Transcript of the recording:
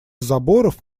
заборов